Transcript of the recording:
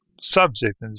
subject